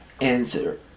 Answer